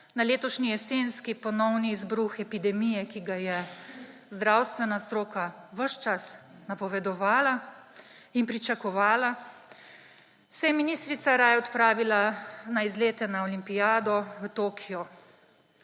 na letošnji jesenski ponovni izbruh epidemije, ki ga je zdravstvena stroka ves čas napovedovala in pričakovala, se je ministrica raje odpravila na izlet na olimpijado v Tokio,